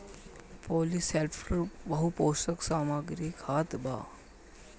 polysulphate बहुपोषक सामग्री खाद बा